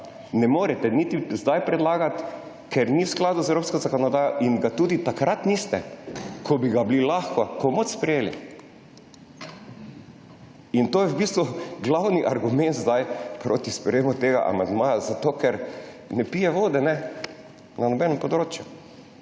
ne morete niti zdaj predlagati, ker ni v skladu z evropsko zakonodajo, in ga tudi takrat niste, ko bi ga lahko sprejeli. In to je zdaj v bistvu glavni argument proti sprejetju tega amandmaja. Zato ker ne pije vode na nobenem področju.